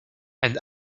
and